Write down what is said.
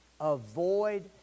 Avoid